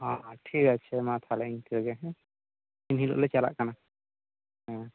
ᱴᱷᱤᱠ ᱟᱪᱷᱮ ᱢᱟ ᱛᱟᱦᱚᱞᱮ ᱤᱱᱠᱟᱹᱜᱮ ᱦᱮᱸ ᱤᱱᱦᱤᱞᱳᱜ ᱞᱮ ᱪᱟᱞᱟᱜ ᱠᱟᱱᱟ ᱦᱮᱸ